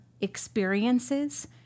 experiences